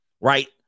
right